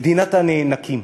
מדינת הנאנקים,